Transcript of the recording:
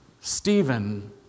Stephen